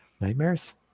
Nightmares